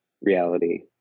reality